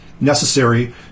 necessary